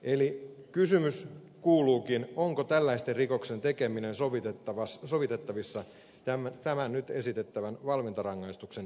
eli kysymys kuuluukin onko tällaisen rikoksen tekeminen sovitettavissa tämän nyt esitettävän valvontarangaistuksen seuraamuksella